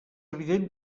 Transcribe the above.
evident